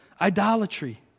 Idolatry